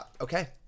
Okay